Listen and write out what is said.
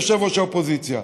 יושב-ראש האופוזיציה,